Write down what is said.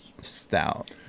stout